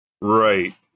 Right